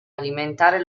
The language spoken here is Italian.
alimentare